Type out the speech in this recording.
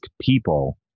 people